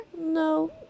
No